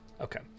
Okay